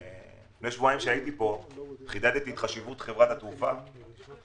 לפני שבועיים חידדתי את חשיבות חברות התעופה הישראליות